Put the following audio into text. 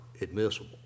admissible